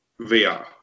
VR